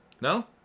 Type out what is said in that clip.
No